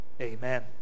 Amen